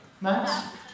Max